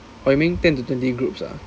oh you mean ten to twenty groups ah